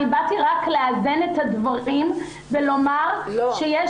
אני באתי רק לאזן את הדברים ולומר שיש